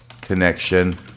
connection